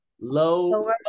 low